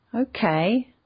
Okay